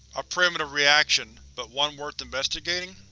a primitive reaction, but one worth investigating?